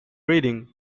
reading